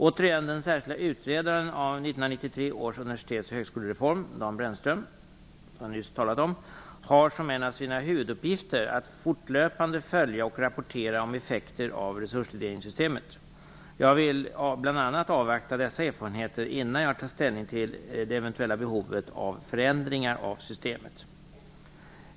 Den särskilda utredaren av 1993 års universitetsoch högskolereform, Dan Brändström, som jag nyss talade om, har som en av sina huvuduppgifter att fortlöpande följa och rapportera om effekter av resurstilldelningssystemet. Jag vill bl.a. avvakta dessa erfarenheter innan jag tar ställning till det eventuella behovet av förändringar av systemet.